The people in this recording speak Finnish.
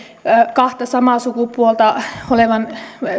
kahta samaa sukupuolta olevan